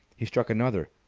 he struck another.